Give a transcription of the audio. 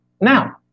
Now